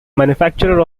manufacturer